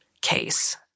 case